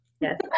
Yes